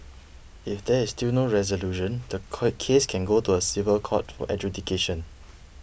if there is still no resolution the quake case can go to a civil court for adjudication